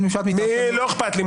לא אכפת לי.